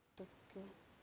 କୃତଜ୍ଞ